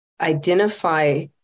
identify